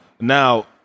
Now